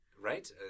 Right